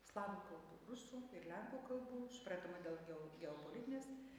slavų kalbų rusų ir lenkų kalbų suprantama dėl geo geopolitinės